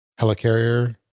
helicarrier